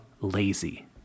lazy